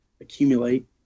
accumulate